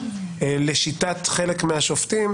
לשיטת חלק מהשופטים,